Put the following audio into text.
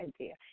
idea